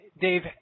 Dave